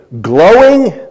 glowing